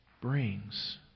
brings